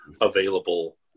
available